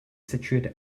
situated